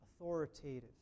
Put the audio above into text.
authoritative